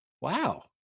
wow